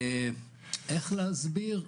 איך להסביר?